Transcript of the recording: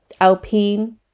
Alpine